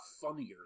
funnier